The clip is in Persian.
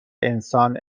انسان